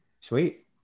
Sweet